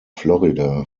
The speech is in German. florida